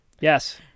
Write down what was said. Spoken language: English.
Yes